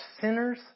sinners